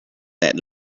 that